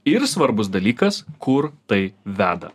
ir svarbus dalykas kur tai veda